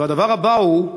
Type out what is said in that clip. והדבר הבא הוא,